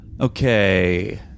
okay